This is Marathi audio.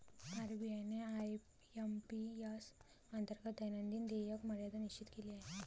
आर.बी.आय ने आय.एम.पी.एस अंतर्गत दैनंदिन देयक मर्यादा निश्चित केली आहे